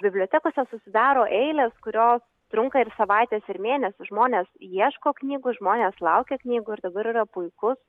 bibliotekose susidaro eilės kurios trunka ir savaites ir mėnesį žmonės ieško knygų žmonės laukia knygų ir dabar yra puikus